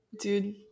Dude